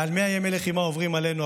מעל 100 ימי לחימה עוברים עלינו,